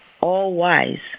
all-wise